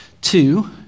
Two